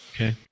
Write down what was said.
Okay